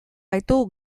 gaitu